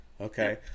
Okay